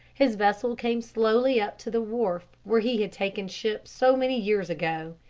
his vessel came slowly up to the wharf where he had taken ship so many years ago.